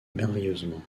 merveilleusement